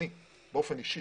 אני, באופן אישי.